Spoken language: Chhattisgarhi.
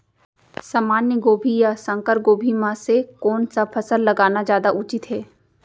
सामान्य गोभी या संकर गोभी म से कोन स फसल लगाना जादा उचित हे?